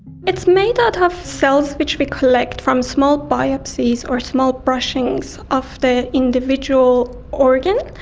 it's made out of cells which we collect from small biopsies or small brushings of the individual organ.